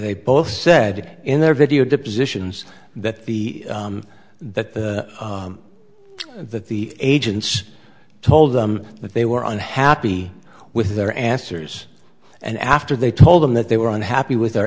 they both said in their video the positions that the that the that the agents told them that they were unhappy with their answers and after they told them that they were unhappy with